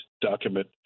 document